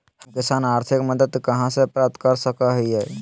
हम किसान आर्थिक मदत कहा से प्राप्त कर सको हियय?